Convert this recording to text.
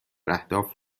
اهداف